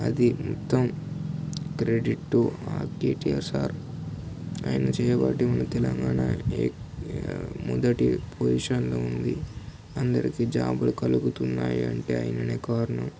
అది మొత్తం credit to KTR sir ఆయన చేయబట్టి మన తెలంగాణ మొదటి పొజిషన్లో ఉంది అందరికీ జాబులు కలుగుతున్నాయి అంటే ఆయననే కారణం